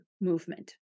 movement